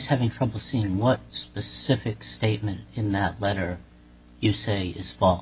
having trouble seeing what specific statement in the letter you say is fall